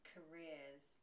Careers